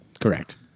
Correct